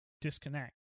disconnect